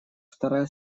вторая